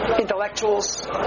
intellectuals